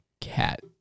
cat